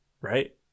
right